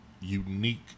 unique